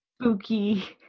spooky